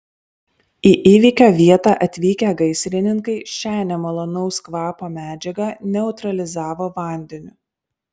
į įvykio vietą atvykę gaisrininkai šią nemalonaus kvapo medžiagą neutralizavo vandeniu